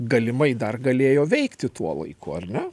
galimai dar galėjo veikti tuo laiku ar ne